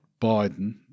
Biden